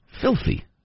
Filthy